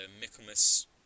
Michaelmas